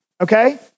okay